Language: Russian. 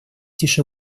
тише